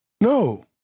No